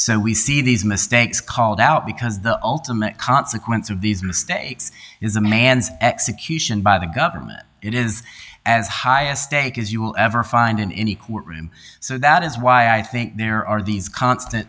so we see these mistakes called out because the ultimate consequence of these mistakes is a man's execution by the government it is as high a stake as you will ever find in any court room so that is why i think there are these constant